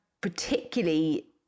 Particularly